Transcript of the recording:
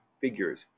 figures